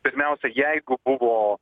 pirmiausia jeigu buvo